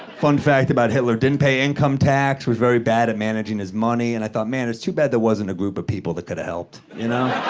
fun fact about hitler, didn't pay income tax, was very bad at managing his money, and i thought, man, it's too bad there wasn't a group of people that could have helped, you know?